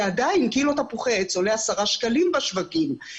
ועדיין כאילו תפוחי העץ עולים עשרה שקלים בשווקים.